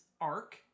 arc